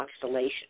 constellation